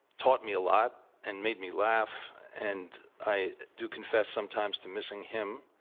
taught me a lot and made me laugh. and i do confess sometimes to missing him.